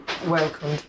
welcome